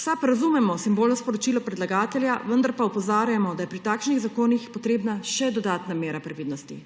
SAB razumemo simbolno sporočilo predlagatelja, vendar pa opozarjamo, da je pri takšnih zakonih potrebna še dodatna mera previdnosti.